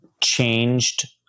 changed